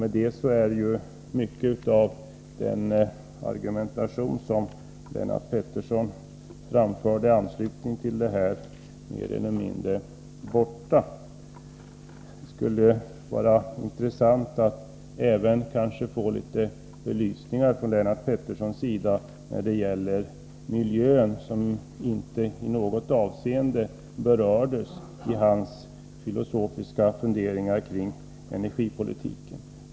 Med det är ju mycket av den argumentation som Lennart Pettersson förde mer eller mindre borta. Det skulle vara intressant att också få höra Lennart Pettersson anföra några synpunkter när det gäller miljön, som inte i något avseende berördes i hans filosofiska funderingar kring energipolitiken.